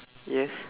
yes